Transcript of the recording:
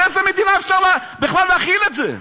באיזו מדינה אפשר בכלל להכיל את זה?